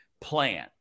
plan